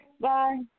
Bye